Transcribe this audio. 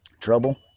trouble